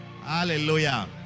Hallelujah